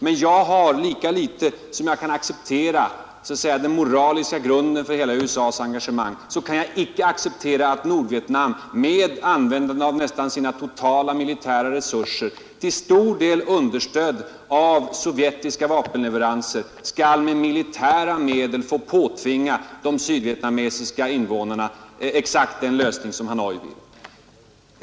Men lika litet som jag kan acceptera den moraliska grunden för USA:s engagemang kan jag acceptera att Nordvietnam, med användandet av nästan sina totala militära resurser, till stor del understödda av sovjetiska vapenleveranser, skall få påtvinga de sydvietnamesiska invånarna exakt den lösning som Hanoi vill.